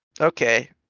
okay